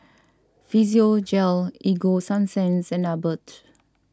Physiogel Ego Sunsense and Abbott